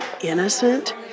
innocent